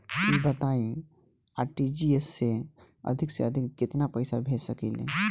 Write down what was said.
ई बताईं आर.टी.जी.एस से अधिक से अधिक केतना पइसा भेज सकिले?